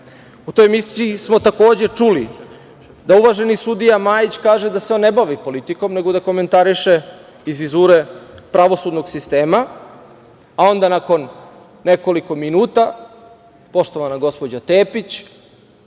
toj emisiji smo takođe čuli da uvaženi sudija Majić, kaže da se on ne bavi politikom nego da komentariše iz vizure pravosudnog sistema, a onda nakon nekoliko minuta, poštovana gospođa Tepić,